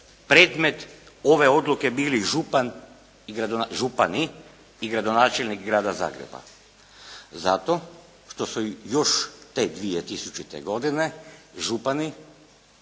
predmet ove odluke bili župani i gradonačelnik grada Zagreba? Zato što su još te 2000. godine župani,